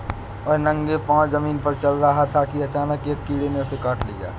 वह नंगे पांव जमीन पर चल रहा था कि अचानक एक कीड़े ने उसे काट लिया